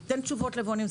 ניתן תשובות ליבואנים,